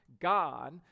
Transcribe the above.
God